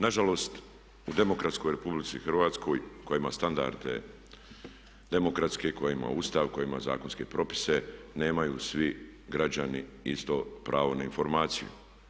Nažalost u demokratskoj RH koja ima standarde demokratske i koja ima Ustav i koja ima zakonske propise nemaju svi građani isto pravo na informaciju.